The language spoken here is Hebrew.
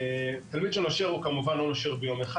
תלמיד שנושר הוא כמובן לא נושר ביום אחד,